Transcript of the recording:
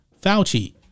Fauci